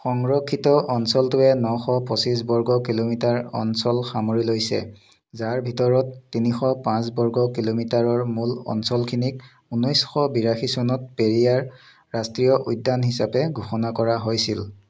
সংৰক্ষিত অঞ্চলটোৱে নশ পঁচিছ বৰ্গ কিলোমিটাৰ অঞ্চল সামৰি লৈছে যাৰ ভিতৰত তিনিশ পাঁচ বৰ্গ কিলোমিটাৰৰ মূল অঞ্চলখিনিক ঊনৈছশ বিৰাশী চনত পেৰিয়াৰ ৰাষ্ট্ৰীয় উদ্যান হিচাপে ঘোষণা কৰা হৈছিল